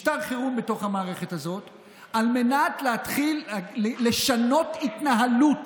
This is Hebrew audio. משטר חירום בתוך המערכת הזאת על מנת להתחיל לשנות התנהלות.